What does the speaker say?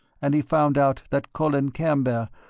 and he found out that colin camber,